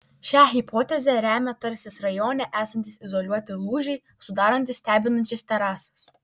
šią hipotezę remia tarsis rajone esantys izoliuoti lūžiai sudarantys stebinančias terasas